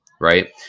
right